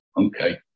okay